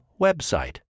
website